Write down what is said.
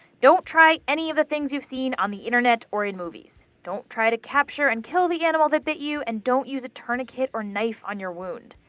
don't try any of the things you've seen on the internet or in movies! don't try to capture and kill the animal that bit you, and don't use a tourniquet or knife on your wound.